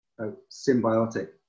Symbiotic